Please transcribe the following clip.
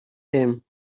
them